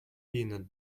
peanut